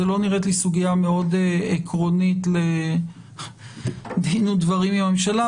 זו לא נראית לי סוגיה מאוד עקרונית לדין ודברים עם הממשלה,